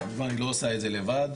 היא לא עושה את זה לבד,